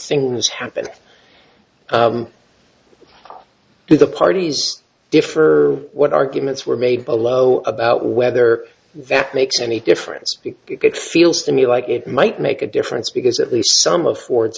this happened to the parties differ what arguments were made below about whether that makes any difference it feels to me like it might make a difference because at least some of ford